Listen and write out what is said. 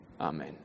Amen